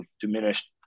diminished